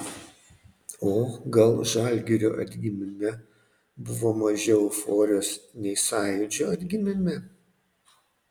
o gal žalgirio atgimime buvo mažiau euforijos nei sąjūdžio atgimime